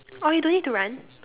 oh you don't need to run